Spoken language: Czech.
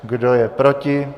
Kdo je proti?